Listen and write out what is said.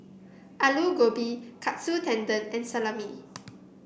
Alu Gobi Katsu Tendon and Salami